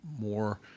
more